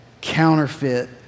counterfeit